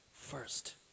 first